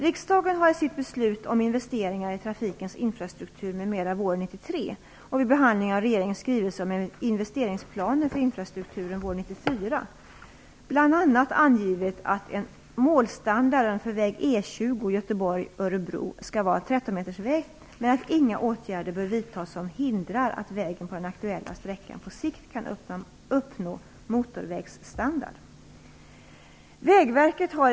Riksdagen har i sitt beslut om investeringar i trafikens infrastruktur m.m. våren 1993 och vid behandling av regeringens skrivelse om en investeringsplan för infrastrukturen våren 1994 bl.a. Örebro skall vara 13-metersväg men att inga åtgärder bör vidtas som hindrar att vägen på den aktuella sträckan på sikt kan uppnå motorvägsstandard.